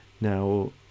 now